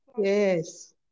Yes